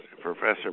Professor